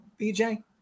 BJ